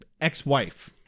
ex-wife